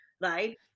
right